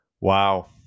Wow